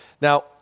Now